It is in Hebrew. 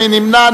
מי נמנע?